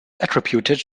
attributed